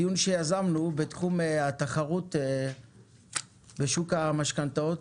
בדיון שיזמנו בתחום התחרות בשוק המשכנתאות,